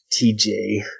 TJ